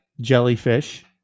jellyfish